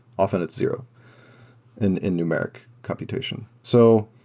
often, it's zero in in numeric computation. so